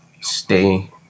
stay